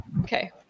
Okay